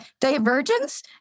divergence